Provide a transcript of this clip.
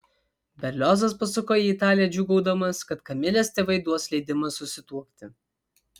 berliozas pasuko į italiją džiūgaudamas kad kamilės tėvai duos leidimą susituokti